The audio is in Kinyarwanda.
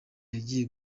yagiye